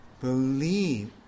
believe